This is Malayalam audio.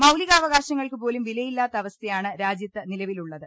മൌലികാവകാശങ്ങൾക്കുപോലും വിലയില്ലാത്ത അവസ്ഥയാണ് രാജ്യത്ത് നിലവിലുള്ളത്